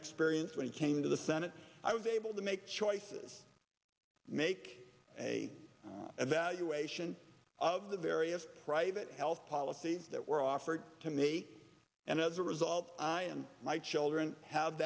experience when it came to the senate i was able to make choices make a evaluation of the various private health policy that were offered to me and as a result i and my children have